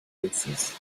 oasis